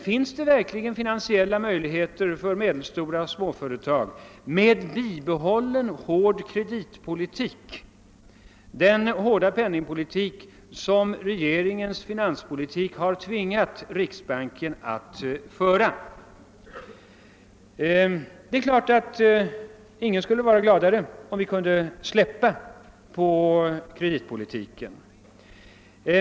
Finns det verkligen finansiella möjligheter för medelstora och små företag med bibehållen hård kreditpolitik, med den hårda penningpolitik som regeringen tvingat riksbanken att föra? Det är klart att ingen skulle vara gladare än jag om vi kunde släppa på kreditrestriktionerna.